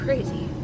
Crazy